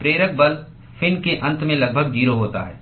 प्रेरक बल फिन के अंत में लगभग 0 होता है